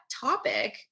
topic